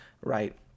right